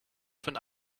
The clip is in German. von